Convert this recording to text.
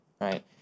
right